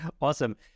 Awesome